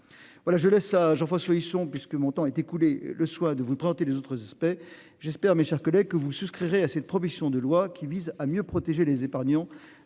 Voilà, je laisse à Jean-François Husson, puisque mon temps est écoulé le soin de vous présenter les autres aspects j'espère. Mes chers collègues que vous souscriraient assez de de loi qui vise à mieux protéger les épargnants